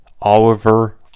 Oliver